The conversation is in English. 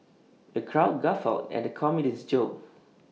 the crowd guffawed at the comedian's jokes